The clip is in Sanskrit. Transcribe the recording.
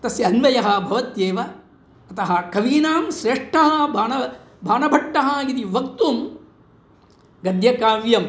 तस्य अन्वयः भवत्येव अतः कवीनां श्रेष्ठः बाणः बाणभट्टः इति वक्तुं गद्यकाव्यम्